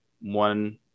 one